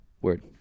Word